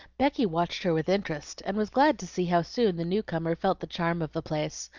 becky watched her with interest, and was glad to see how soon the new-comer felt the charm of the place,